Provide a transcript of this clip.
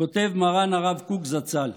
כותב מרן הרב קוק זצ"ל: